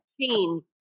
change